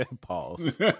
Pause